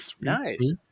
Nice